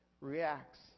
reacts